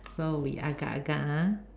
so we agar agar ah